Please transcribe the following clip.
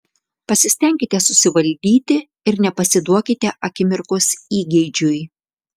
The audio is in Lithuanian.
pasistenkite susivaldyti ir nepasiduokite akimirkos įgeidžiui